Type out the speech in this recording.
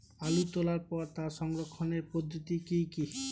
আলু তোলার পরে তার সংরক্ষণের পদ্ধতি কি কি?